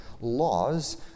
laws